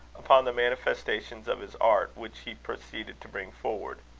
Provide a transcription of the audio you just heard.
upon the manifestations of his art which he proceeded to bring forward.